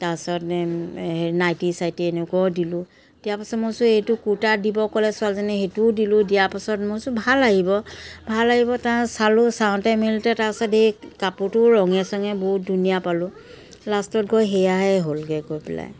তাৰ পিছত নাইটি চাইটি এনেকুৱাও দিলোঁ দিয়াৰ পিছত মই ভাবিছোঁ এইটো কুৰ্তা দিব ক'লে ছোৱালীজনীয়ে সেইটোও দিলোঁ দিয়াৰ পিছত মই ভাবিছোঁ ভাল আহিব ভাল আহিব তা চালোঁ চাওঁতে মেলোঁতে তাৰ পাছত এই কাপোৰটো ৰঙে চঙে বহুত ধুনীয়া পালোঁ লাষ্টত গৈ সেয়াহে হ'লগৈ গৈ পেলাই